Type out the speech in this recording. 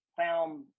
found